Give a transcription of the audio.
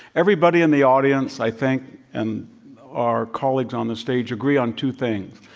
everybody in the audience, i think, and our colleagues on the stage agree on two things,